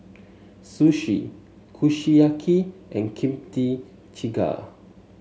Sushi Kushiyaki and Kimchi Jjigae